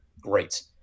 great